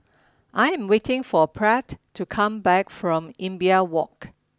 I am waiting for Pratt to come back from Imbiah Walk